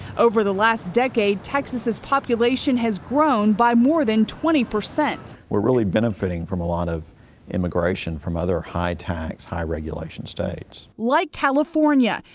over the last decade, texas' population has grown by more than twenty percent. we're really benefiting from a lot of immigration from high tax, high regulation states. like california.